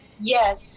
Yes